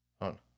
on